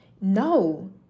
no